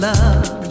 love